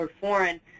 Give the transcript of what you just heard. foreign